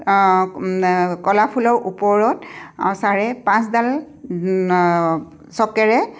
কলাফুলৰ ওপৰত ছাৰে পাঁচডাল চকেৰে